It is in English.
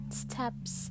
steps